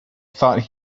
thought